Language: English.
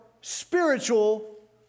spiritual